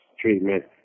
treatment